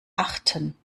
achten